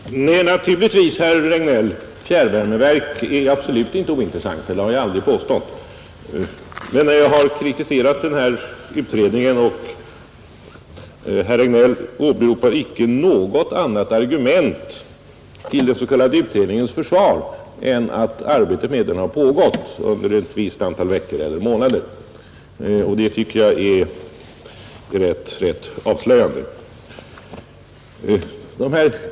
Herr talman! Nej, naturligtvis inte, herr Regnéll; fjärrvärmeverk är absolut inte ointressanta. Det har jag aldrig påstått. Jag har däremot kritiserat utredningen, och herr Regnéll åberopar icke något annat argument till den s.k. utredningens försvar än att arbetet har pågått under ett visst antal veckor eller månader. Det tycker jag är rätt avslöjande.